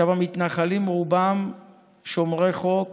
המתנחלים רובם שומרי חוק